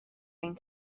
ein